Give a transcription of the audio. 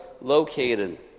located